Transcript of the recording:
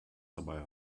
dabei